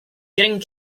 getting